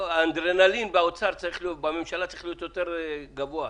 האדרנלין באוצר ובממשלה צריך להיות יותר גבוה,